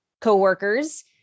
coworkers